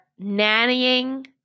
nannying